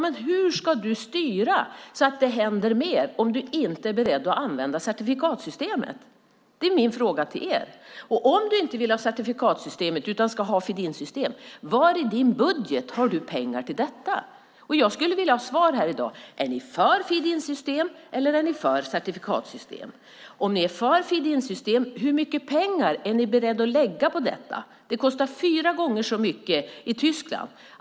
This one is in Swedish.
Men hur ska du styra så att det händer mer om du inte är beredd att använda certifikatsystemet? Det är min fråga till er. Om du inte vill ha certifikatsystemet utan ska använda feed-in-system, var i din budget har du pengar till detta? Jag skulle vilja ha svar här i dag. Är ni för feed-in-system, eller är ni för certifikatsystem? Om ni är för feed-in-system, hur mycket pengar är ni beredda att lägga på detta? Det kostar fyra gånger så mycket i Tyskland.